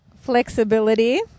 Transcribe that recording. Flexibility